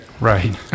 Right